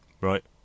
Right